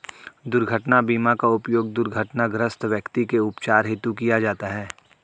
दुर्घटना बीमा का उपयोग दुर्घटनाग्रस्त व्यक्ति के उपचार हेतु किया जाता है